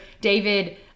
David